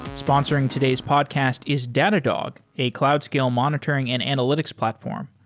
sponsoring today's podcast is datadog, a cloud scale monitoring and analytics platform.